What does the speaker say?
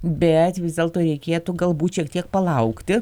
bet vis dėlto reikėtų galbūt šiek tiek palaukti